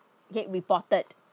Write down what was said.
get reported